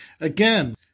again